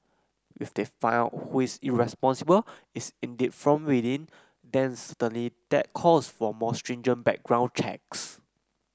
if they find out who is responsible is indeed from within then certainly that calls for more stringent background checks